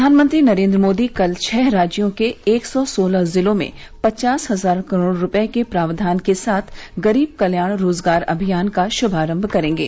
प्रधानमंत्री नरेन्द्र मोदी कल छह राज्यों के एक सौ सोलह जिलों में पचास हजार करोड़ रूपए के प्रावधान के साथ गरीब कल्याण रोजगार अभियान का शुभारंभ करेंगे